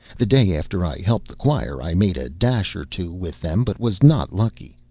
the day after i helped the choir i made a dash or two with them, but was not lucky.